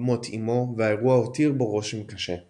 מות אימו והאירוע הותיר בו רושם קשה.